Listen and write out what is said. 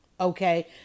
Okay